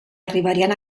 arribarien